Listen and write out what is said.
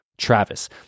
Travis